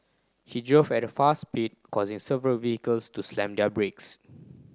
he drove at a fast speed causing several vehicles to slam their brakes